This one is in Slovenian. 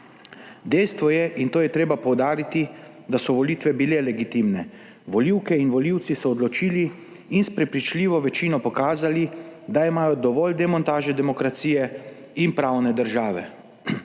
Dejstvo je, in to je treba poudariti, da so volitve bile legitimne. Volivke in volivci so odločili in s prepričljivo večino pokazali, da imajo dovolj demontaže demokracije in pravne države.